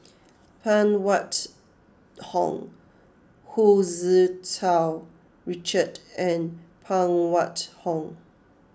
Phan Wait Hong Hu Tsu Tau Richard and Phan Wait Hong